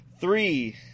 Three